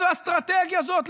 איזו אסטרטגיה זאת,